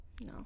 no